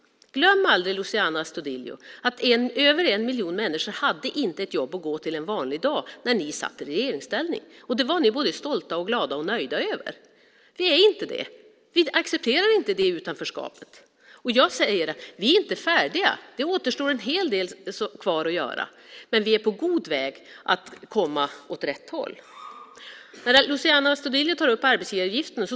Glöm aldrig, Luciano Astudillo, att över en miljon människor inte hade ett jobb att gå till en vanlig dag när ni satt i regeringsställning! Det var ni stolta, glada och nöjda över. Vi är inte det. Vi accepterar inte det utanförskapet. Vi är inte färdiga; det återstår en hel del att göra. Men vi är på god väg åt rätt håll. Luciano Astudillo tar upp arbetsgivaravgiften.